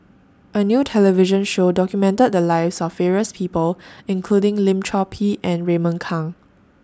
A New television Show documented The Lives of various People including Lim Chor Pee and Raymond Kang